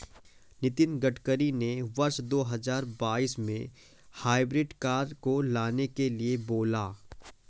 नितिन गडकरी ने वर्ष दो हजार बाईस में हाइब्रिड कार को लाने के लिए बोला